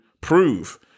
prove